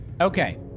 Okay